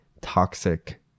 toxic